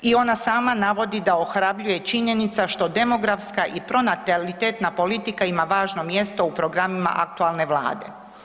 I ona sama navodi da ohrabruje činjenica što demografska i pronatalitetna politika ima važno mjesto u programima aktualne Vlade.